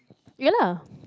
ya lah